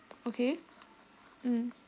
okay mm